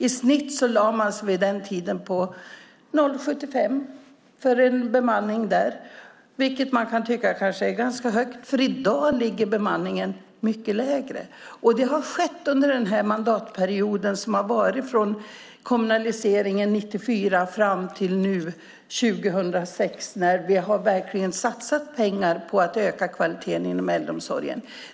I snitt lade man sig vid den tiden på 0,75 för bemanning där. Det kan man tycka är ganska högt, för i dag ligger bemanningen mycket lägre. Det har skett under de mandatperioder som har varit från kommunaliseringen 1994 fram till nu 2006, då vi verkligen har satsat pengar på att öka kvaliteten inom äldreomsorgen.